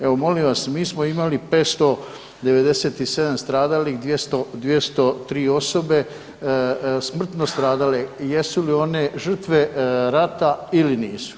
Evo molim vas mi smo imali 597 stradalih, 203 smrtno stradale jesu li one žrtve rata ili nisu?